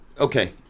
Okay